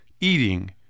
eating